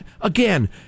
Again